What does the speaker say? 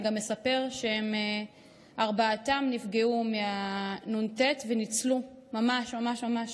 אני גם אספר שארבעתם נפגעו מנ"ט וניצלו, ממש, ממש,